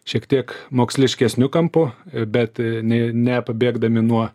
šiek tiek moksliškesniu kampu bet ne nepabėgdami nuo